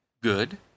good